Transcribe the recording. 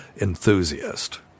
enthusiast